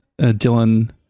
Dylan